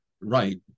Right